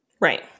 Right